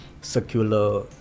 circular